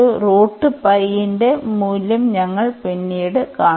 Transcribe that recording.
ന്റെ മൂല്യം ഞങ്ങൾ പിന്നീട് കാണും